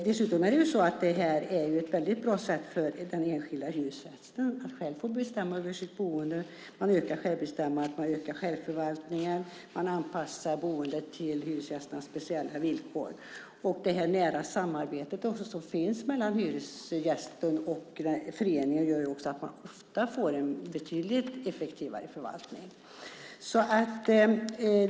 Dessutom är ju det här ett väldigt bra sätt för den enskilda hyresgästen att själv få bestämmande över sitt boende. Man ökar självbestämmandet. Man ökar självförvaltningen. Man anpassar boendet till hyresgästernas speciella villkor. Det nära samarbete som finns mellan hyresgästen och föreningen gör också att man ofta får en betydligt effektivare förvaltning.